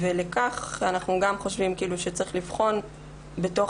לגבי זה אנחנו חושבים שצריכים לבחון בתוך